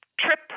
trip